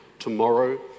Tomorrow